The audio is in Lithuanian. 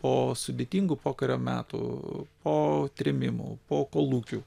po sudėtingu pokario metų po trėmimų po kolūkių